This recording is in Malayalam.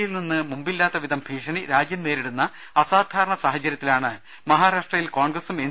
യിൽനിന്ന് മുമ്പില്ലാത്തവിധം ഭീഷണി രാജ്യം നേരിടുന്ന അസാധാരണ സാഹച്ചര്യത്തിലാണ് മഹാരാഷ്ട്രയിൽ കോൺഗ്രസും എൻ